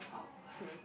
to